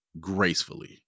gracefully